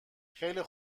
خیلی